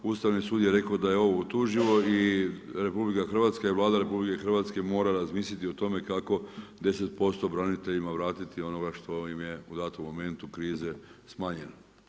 Ustavni sud je rekao da je ovo utuživo i RH i Vlada RH mora razmisliti o tome kako 10% braniteljima vratiti onoga što im je u datom momentu krize smanjeno.